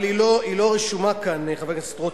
אבל היא לא רשומה כאן, חבר הכנסת רותם.